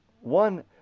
one